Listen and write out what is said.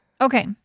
Okay